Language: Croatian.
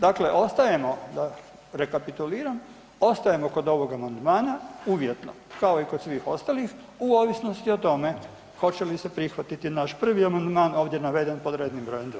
Dakle ostajemo, da rekapituliram, ostajemo kod ovog amandmana uvjetno, kao i kod svih ostalih u ovisnosti o tome hoće li se prihvatiti naš prvi amandman ovdje naveden pod rednim br. 2. Hvala lijepo.